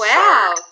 Wow